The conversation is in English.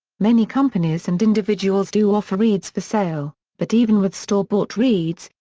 many companies and individuals do offer reeds for sale, but even with store-bought reeds,